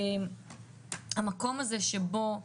המקום הזה שבו נשים,